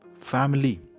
Family